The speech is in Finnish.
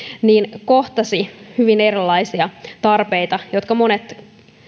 niin kohtasimme hyvin erilaisia tarpeita jotka monet